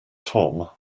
tom